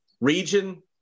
region